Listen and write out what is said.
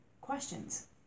questions